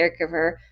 caregiver